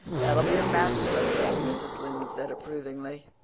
that'll be a match some day, mrs. lynde said approvingly.